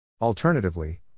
Alternatively